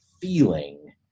feeling